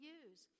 use